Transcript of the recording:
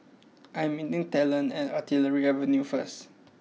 I am meeting Talon at Artillery Avenue first